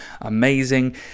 amazing